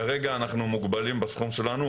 כרגע אנחנו מוגבלים בסכום שלנו,